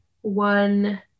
one